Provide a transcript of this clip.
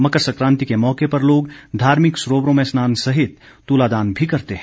मकर सकांति के मौके पर लोग धार्मिक सरोवरों में स्नान सहित तुलादान भी करते हैं